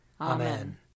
Amen